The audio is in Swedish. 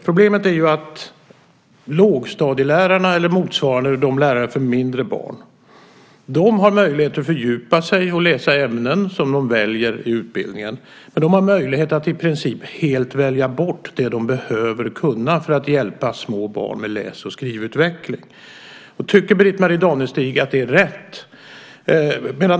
Problemet är att lågstadielärarna, eller motsvarande lärare för mindre barn, har möjligheter att fördjupa sig i och läsa ämnen som de väljer i utbildningen men också har möjligheter att i princip helt välja bort det de behöver kunna för att hjälpa små barn med läs och skrivutveckling. Tycker Britt-Marie Danestig att det är rätt?